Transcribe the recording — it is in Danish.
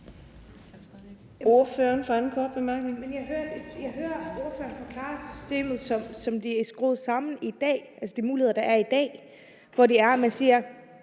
jeg hører ordføreren forklare systemet, som det er skruet sammen i dag, altså de muligheder, der er i dag, hvor man siger: